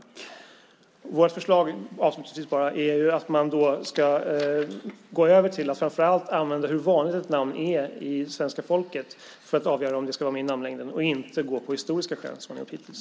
Vårt förslag är att man ska gå över till att framför allt se till hur vanligt ett namn är bland svenska folket för att avgöra om det ska vara med i namnlängden och inte se till historiska skäl som man har gjort hittills.